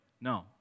no